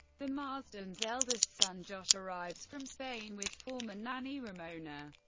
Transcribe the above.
the marsden's eldest son josh arrives from spain with former nanny ramona,